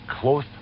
close